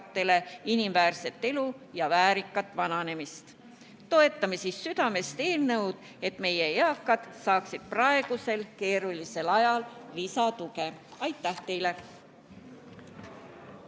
inimväärset elu ja väärikat vananemist. Toetame siis südamest seda eelnõu, et meie eakad saaksid praegusel keerulisel ajal lisatuge. Aitäh teile!